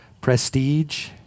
prestige